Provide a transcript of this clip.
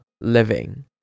living